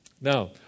Now